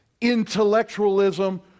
intellectualism